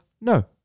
No